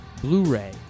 Blu-ray